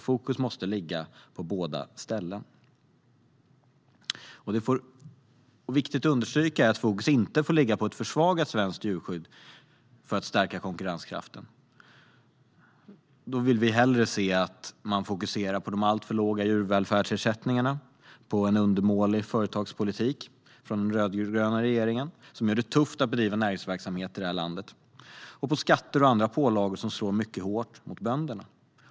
Fokus måste ligga på båda ställena. Det är viktigt att understryka att fokus inte får ligga på ett försvagat svenskt djurskydd för att stärka konkurrenskraften. Vi vill hellre se att man fokuserar på de alltför låga djurvälfärdsersättningarna, på en undermålig företagspolitik från den rödgröna regeringen som gör det tufft att bedriva näringsverksamhet i det här landet och på skatter och andra pålagor som slår mycket hårt mot bönderna.